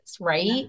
right